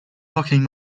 blocking